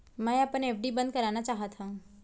मै अपन एफ.डी बंद करना चाहात हव